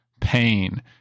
pain